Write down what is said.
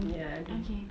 ya I do